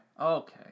Okay